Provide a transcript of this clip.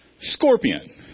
scorpion